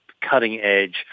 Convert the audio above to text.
cutting-edge